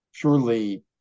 purely